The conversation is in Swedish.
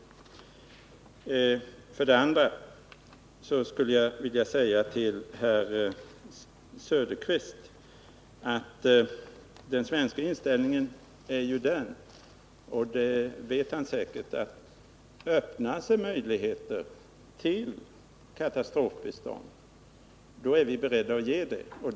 Till herr Söderqvist skulle jag vilja säga att den svenska inställningen — och detta vet han säkert — är: om det öppnar sig möjligheter till katastrofbistånd är vi beredda att ge sådant.